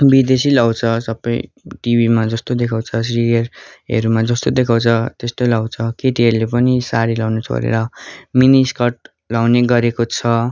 विदेशी लाउँछ सबै टिभीमा जस्तो देखाउँछ सिरियलहरूमा जस्तो देखाउँछ त्यस्तै लाउँछ केटीहरूले पनि साडी लाउनु छोडेर मिनीस्कर्ट लाउने गरेको छ